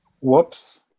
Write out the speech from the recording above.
Whoops